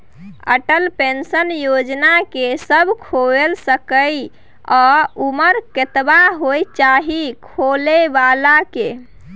Atal pension योजना के के सब खोइल सके इ आ उमर कतबा होय चाही खोलै बला के?